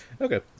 okay